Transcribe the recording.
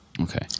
Okay